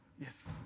Yes